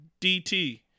DT